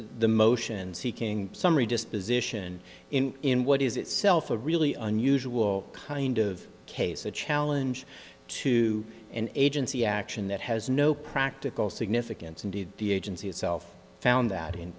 the motion seeking summary just position in in what is itself a really unusual kind of case a challenge to an agency action that has no practical significance indeed the agency itself found that